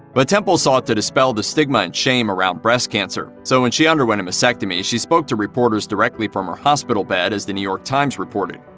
but temple sought to dispel the stigma and shame around breast cancer, so when she underwent a mastectomy, she spoke to reporters directly from her hospital bed, as the new york times reported.